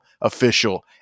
official